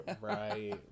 Right